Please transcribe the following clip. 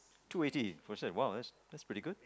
two eighty for a set !wow! that's that's pretty good